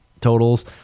totals